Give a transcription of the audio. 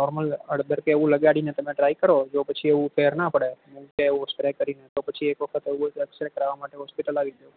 normal હળદર કે એવું લગાડીને તમે ટ્રાય કરો જો પછી એવું ફેર ન પડે સ્પ્રે કરીને તો એક વખત એવું હોય તો એક્સરે કરાવવા હોસ્પિટલમાં આવી જજો